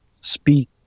speak